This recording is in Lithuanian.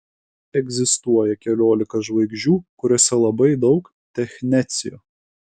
egzistuoja keliolika žvaigždžių kuriose labai daug technecio